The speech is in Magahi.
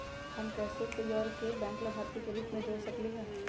हम कैसे कोई और के बैंक लाभार्थी के रूप में जोर सकली ह?